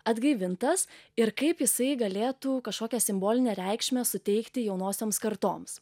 atgaivintas ir kaip jisai galėtų kažkokią simbolinę reikšmę suteikti jaunosioms kartoms